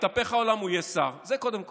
יתהפך העולם הוא יהיה שר, זה קודם כול.